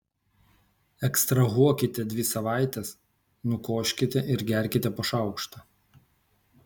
ekstrahuokite dvi savaites nukoškite ir gerkite po šaukštą